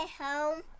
Home